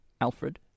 Alfred